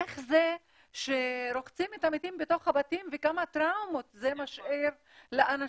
איך זה כשרוחצים את המתים בתוך הבתים וכמה טראומות זה משאיר לאנשים,